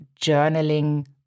journaling